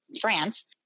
France